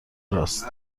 راست